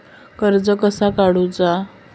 कर्ज कसा करूचा?